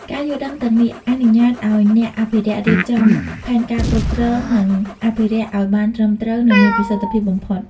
ការយល់ដឹងទាំងនេះអនុញ្ញាតឲ្យអ្នកអភិរក្សរៀបចំផែនការគ្រប់គ្រង និងអភិរក្សឱ្យបានត្រឹមត្រូវ និងមានប្រសិទ្ធភាពបំផុត។